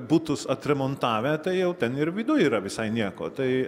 butus atremontavę tai jau ten ir viduj yra visai nieko tai